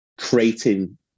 creating